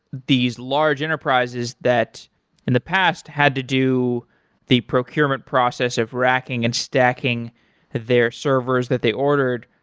these large enterprises that in the past had to do the procurement process of racking and stacking their servers that they ordered.